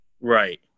Right